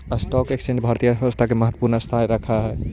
stock exchange भारतीय अर्थव्यवस्था में महत्वपूर्ण स्थान रखऽ हई